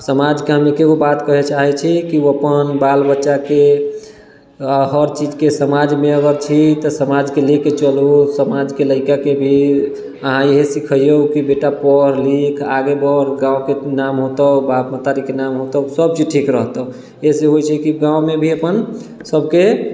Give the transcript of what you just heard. समाजके हम एकेगो बात कहै चाहै छी कि ओ अपन बालबच्चाके हर चीजके अगर समाजमे छी तऽ समाजमे लऽ कऽ चलू समाजके लइकाके भी अहाँ इएह सिखैऔ कि बेटा पढ़ लिख आगे बढ़ गाँवके नाम होतौ बाप महतारीके नाम होतौ सबचीज ठीक रहतौ एहिसँ होइ छै कि गाँवमे भी अपन सबके